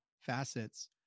facets